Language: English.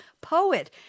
poet